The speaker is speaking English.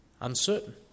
uncertain